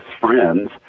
friends